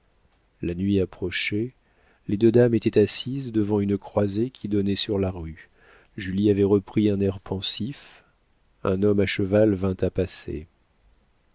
la nuit approchait les deux dames étaient assises devant une croisée qui donnait sur la rue julie avait repris un air pensif un homme à cheval vint à passer